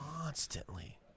Constantly